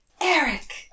Eric